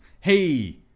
Hey